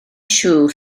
siŵr